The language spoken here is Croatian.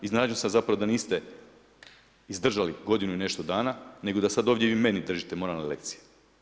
Iznenađen sam zapravo da niste izdržali godinu i nešto dana, nego da sad ovdje vi meni držite moralne lekcije.